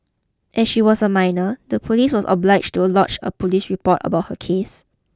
as she was a minor the police was obliged to lodge a police report about her case